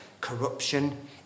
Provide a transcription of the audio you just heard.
corruption